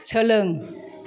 सोलों